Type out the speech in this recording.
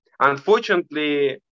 Unfortunately